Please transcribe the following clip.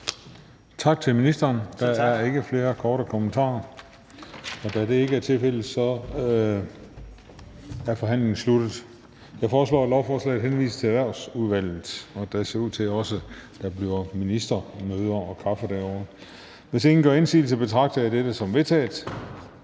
Tak til ministeren. Der er ikke flere korte bemærkninger. Og da det ikke er tilfældet, er forhandlingen sluttet. Jeg foreslår, at lovforslaget henvises til Erhvervsudvalget. Og det ser ud til, at der også bliver ministermøder og kaffe derovre. Hvis ingen gør indsigelse, betragter jeg dette som vedtaget.